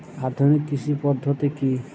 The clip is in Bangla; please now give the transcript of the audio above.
আধুনিক কৃষি পদ্ধতি কী?